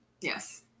Yes